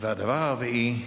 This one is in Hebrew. והדבר הרביעי,